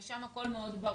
ושם הכל מאוד ברור.